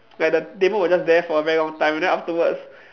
like the table was just there for a very long time then afterwards